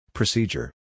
Procedure